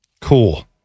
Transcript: Cool